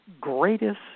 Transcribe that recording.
greatest